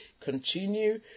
continue